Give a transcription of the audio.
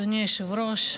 אדוני היושב-ראש,